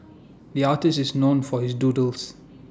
the artist is known for his doodles